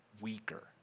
weaker